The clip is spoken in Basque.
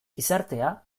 gizartea